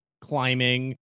climbing